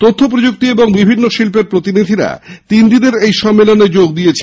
তথ্য প্রযুক্তি ও বিভিন্ন শিল্পের প্রতিনিধিরা তিনদিনের এই সম্মেলনে যোগ দিয়েছেন